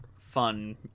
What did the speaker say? fun